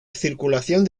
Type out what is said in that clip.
circulación